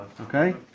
Okay